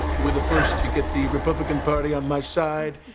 you were the first to get the republican party on my side.